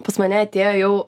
pas mane atėjo jau